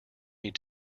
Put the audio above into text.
need